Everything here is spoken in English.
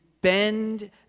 bend